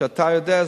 שאתה יודע,